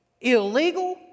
illegal